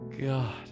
God